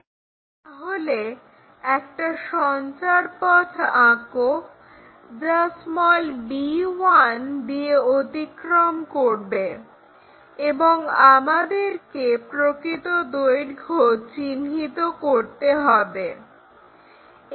তাহলে একটা সঞ্চারপথ আঁক যা b1 দিয়ে অতিক্রম করবে এবং আমাদেরকে প্রকৃত দৈর্ঘ্য চিহ্নিত করতে হবে্